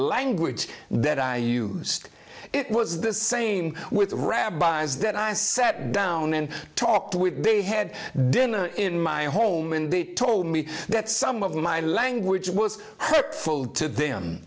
language that i used it was the same with rabbis that i sat down and talked with they had dinner in my home and they told me that some of my language was hurtful to them